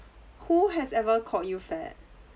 who has ever called you fat